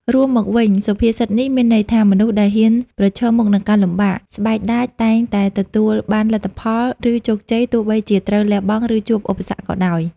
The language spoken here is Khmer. រួមមកវិញ សុភាសិតនេះមានន័យថា មនុស្សដែលហ៊ានប្រឈមមុខនឹងការលំបាក ស្បែកដាច តែងតែទទួលបានលទ្ធផល ឬជោគជ័យ ទោះបីជាត្រូវលះបង់ ឬជួបឧបសគ្គក៏ដោយ។